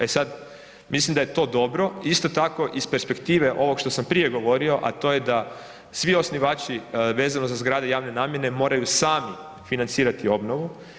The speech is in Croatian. E sad, mislim da je to dobro, isto tako iz perspektive ovog što sam prije govorio, a to je da svi osnivači vezano za zgrade javne namjene moraju sami financirati obnovu.